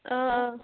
آ آ